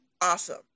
Awesome